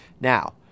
Now